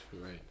right